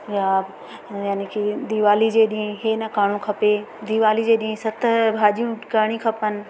या यानि की दीवाली जे ॾींहुं हे न करिणो खपे दीवाली जे ॾींहुं सत भाजियूं करिणी खपनि